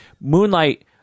Moonlight